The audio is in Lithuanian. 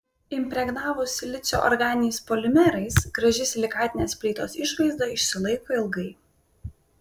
impregnavus silicio organiniais polimerais graži silikatinės plytos išvaizda išsilaiko ilgai